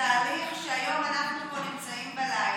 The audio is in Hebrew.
בתהליך שהיום אנחנו נמצאים פה בלילה,